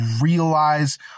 realize